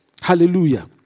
Hallelujah